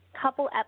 couple